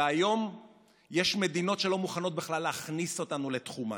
והיום יש מדינות שלא מוכנות בכלל להכניס אותנו לתחומן.